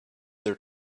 their